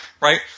Right